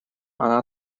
она